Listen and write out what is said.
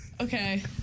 Okay